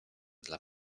dla